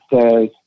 says